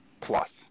plus